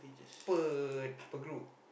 per per group